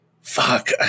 Fuck